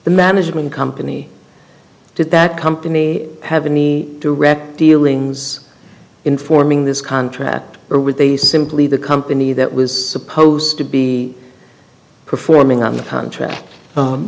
the management company did that company have any direct dealings in forming this contract or were they simply the company that was supposed to be performing on the contract